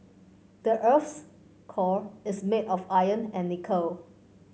the earth's core is made of iron and nickel